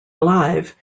alive